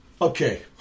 Okay